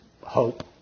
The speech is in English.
hope